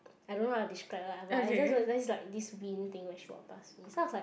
I don't how to describe lah but I just like this wind thing when she walked pass me so I was like